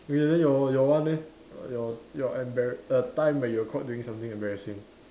okay then your your one leh your your embar~ a time when you're caught doing something embarrassing